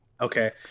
Okay